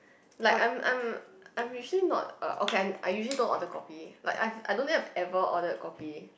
like I'm I'm I'm usually not uh okay I I usually don't order kopi like I've I don't think I've ever ordered kopi